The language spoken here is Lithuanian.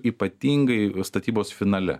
ypatingai statybos finale